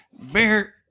Bear